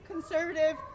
Conservative